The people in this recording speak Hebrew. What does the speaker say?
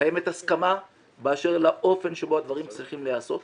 קיימת הסכמה באשר לאופן שבו הדברים צריכים להיעשות.